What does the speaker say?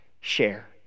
share